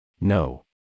No